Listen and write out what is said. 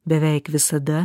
beveik visada